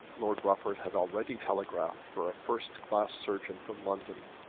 lord rufford had already telegraphed for a first-class surgeon from london,